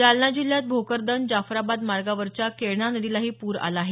जालना जिल्ह्यात भोकरदन जाफ्राबाद मार्गावरच्या केळणा नदीलाही पूर आला आहे